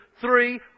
three